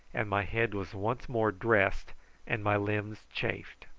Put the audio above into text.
and my head was once more dressed and my limbs chafed.